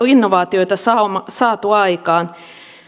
innovaatioita saatu saatu aikaan